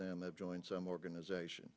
them have joined some organization